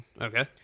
Okay